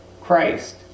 Christ